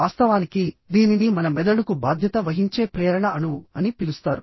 వాస్తవానికి దీనిని మన మెదడుకు బాధ్యత వహించే ప్రేరణ అణువు అని పిలుస్తారు